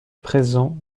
présent